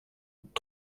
und